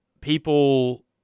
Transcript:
people –